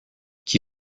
qui